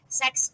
sex